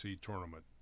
tournament